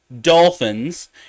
dolphins